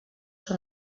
són